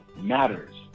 matters